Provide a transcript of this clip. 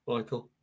Michael